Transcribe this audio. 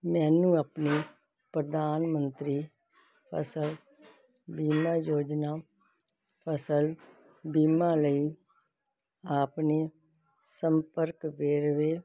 ਮੈਨੂੰ ਆਪਣੇ ਪ੍ਰਧਾਨ ਮੰਤਰੀ ਫਸਲ ਬੀਮਾ ਯੋਜਨਾ ਫਸਲ ਬੀਮਾ ਲਈ ਆਪਣੇ ਸੰਪਰਕ ਵੇਰਵੇ